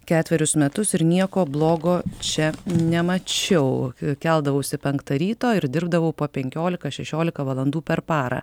ketverius metus ir nieko blogo čia nemačiau keldavausi penktą ryto ir dirbdavau po penkiolika šešiolika valandų per parą